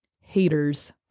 Haters